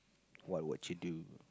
what would you do